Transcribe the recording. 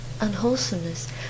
unwholesomeness